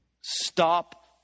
Stop